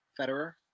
Federer